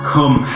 Come